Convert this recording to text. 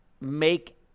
make